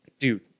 Dude